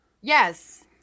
Yes